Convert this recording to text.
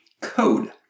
code